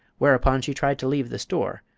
whereupon she tried to leave the store,